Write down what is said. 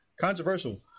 controversial